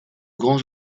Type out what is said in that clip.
grands